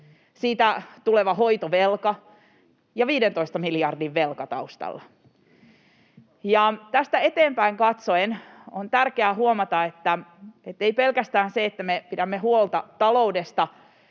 siitä tuleva hoitovelka ja 15 miljardin velka taustalla. Tästä eteenpäin katsoen on tärkeää huomata, että ei riitä pelkästään se, että me pidämme huolta taloudesta